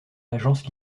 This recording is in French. l’agence